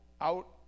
out